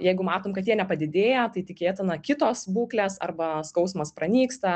jeigu matom kad jie nepadidėja tai tikėtina kitos būklės arba skausmas pranyksta